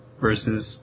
versus